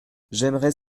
j’aimerais